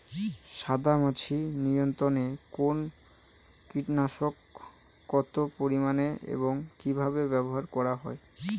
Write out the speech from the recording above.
সাদামাছি নিয়ন্ত্রণে কোন কীটনাশক কত পরিমাণে এবং কীভাবে ব্যবহার করা হয়?